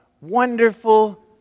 wonderful